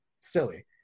silly